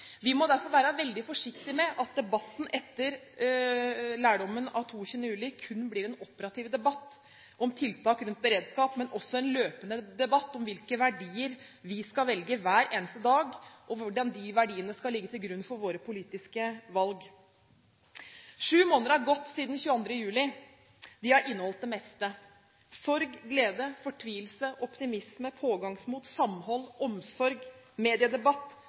Vi må derfor være veldig forsiktige med å gjøre debatten etter lærdommen av 22. juli til kun en operativ debatt om tiltak rundt beredskap. Det må også bli en løpende debatt om hvilke verdier vi skal velge hver eneste dag, og hvordan de verdiene skal ligge til grunn for våre politiske valg. Sju måneder har gått siden 22. juli. De har inneholdt det meste – sorg, glede, fortvilelse, optimisme, pågangsmot, samhold, omsorg, mediedebatt,